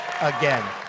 again